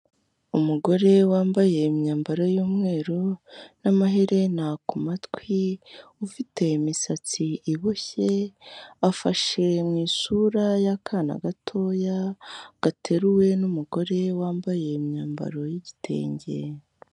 Umugore wambaye imyambaro y'umweru, n'amaherena ku matwi, ufite imisatsi iboshye, afashe mu isura y'akana gatoya, gateruwe n'umugore wambaye imyambaro y'igitenge.